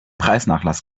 preisnachlass